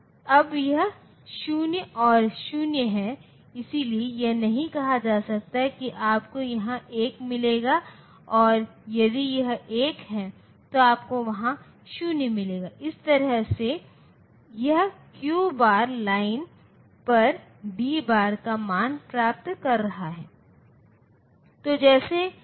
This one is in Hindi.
अब यह 0 और 0 है इसलिए यह नहीं कहा जाता है कि आपको यहाँ 1 मिलेगा और यदि यह 1 है तो आपको वहाँ 0 मिलेगा इस तरह से यह क्यू बार लाइन पर D बार का मान प्राप्त कर रहा है